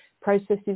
processes